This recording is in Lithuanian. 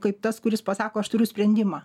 kaip tas kuris pasako aš turiu sprendimą